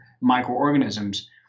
microorganisms